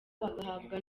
bagahabwa